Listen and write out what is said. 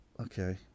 Okay